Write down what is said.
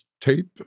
tape